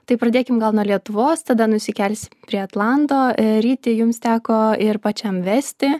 tai pradėkim gal nuo lietuvos tada nusikelsim prie atlanto ryti jums teko ir pačiam vesti